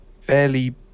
fairly